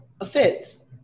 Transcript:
offense